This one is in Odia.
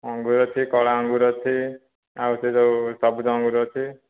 ଅଙ୍ଗୁର ଅଛି କଳା ଅଙ୍ଗୁର ଅଛି ଆଉ ସେ ଯେଉଁ ସବୁଜ ଅଙ୍ଗୁର ଅଛି